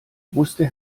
wusste